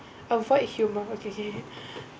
avoid human okay okay